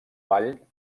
vall